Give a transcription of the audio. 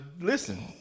listen